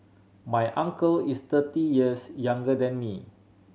my uncle is thirty years younger than me